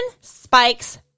spikes